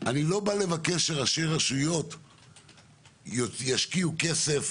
אני לא בא לבקש שראשי רשויות ישקיעו כסף